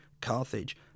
Carthage